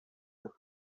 that